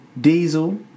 Diesel